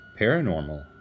paranormal